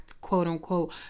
quote-unquote